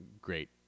great